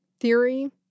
theory